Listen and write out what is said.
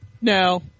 No